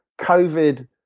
COVID